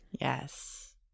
Yes